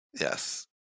Yes